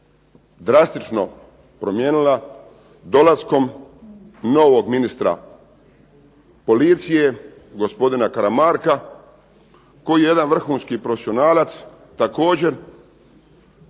drastično promijenila dolaskom novog ministra policije gospodina Karamarka, koji je jedan vrhunski profesionalac. Također